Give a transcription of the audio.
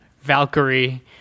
Valkyrie